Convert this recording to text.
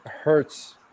hurts